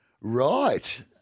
Right